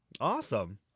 Awesome